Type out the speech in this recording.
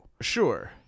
Sure